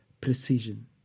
precision